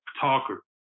talker